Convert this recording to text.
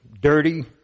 dirty